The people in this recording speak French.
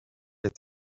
est